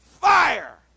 fire